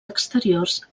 exteriors